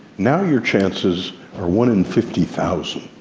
now your chances are one in fifty thousand.